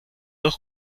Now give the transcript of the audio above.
dos